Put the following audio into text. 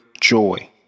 joy